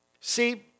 See